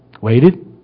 Waited